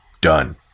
done